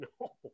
no